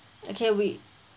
okay we